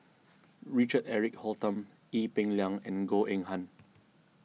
Richard Eric Holttum Ee Peng Liang and Goh Eng Han